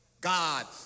God